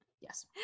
Yes